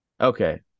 okay